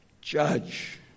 judge